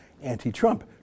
anti-Trump